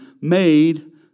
made